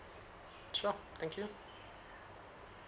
sure thank you